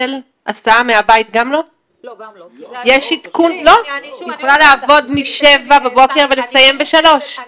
בעברי הייתי עובדת בהייטק, סיוון מחשבים זה